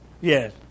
Yes